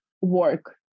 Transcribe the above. work